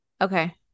Okay